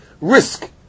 risk